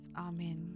Amen